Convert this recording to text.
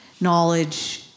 knowledge